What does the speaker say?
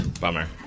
Bummer